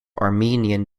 armenian